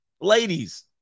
ladies